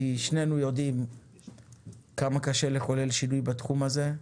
כי שנינו יודעים כמה קשה לחולל שינוי בתחום הזה,